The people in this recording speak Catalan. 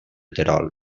terol